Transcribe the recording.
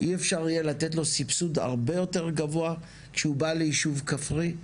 אי אפשר יהיה לתת לו סבסוד הרבה יותר גבוה כשהוא בא לישוב כפרי,